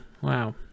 Wow